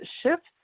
shifts